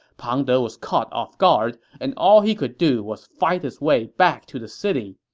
pang de was caught off guard, and all he could do was fight his way back to the city.